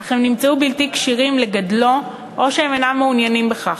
אך הם נמצאו בלתי כשירים לגדלו או שהם אינם מעוניינים בכך.